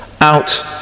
out